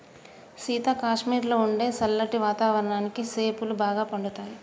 సీత కాశ్మీరులో ఉండే సల్లటి వాతావరణానికి సేపులు బాగా పండుతాయి